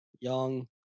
Young